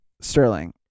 Sterling